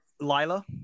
Lila